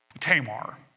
Tamar